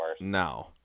No